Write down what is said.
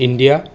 India